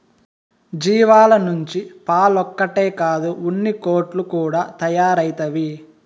జీవాల నుంచి పాలొక్కటే కాదు ఉన్నికోట్లు కూడా తయారైతవి